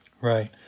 right